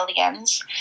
aliens